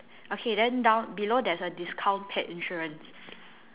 okay then down below there's a discount pet insurance